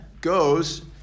goes